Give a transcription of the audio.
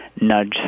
nudge